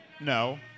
No